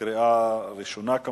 קריאה ראשונה.